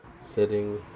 sitting